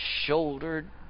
shouldered